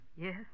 Yes